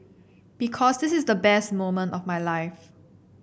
because this is the best moment of my life